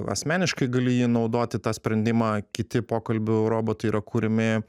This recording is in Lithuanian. asmeniškai gali jį naudoti tą sprendimą kiti pokalbių robotai yra kuriami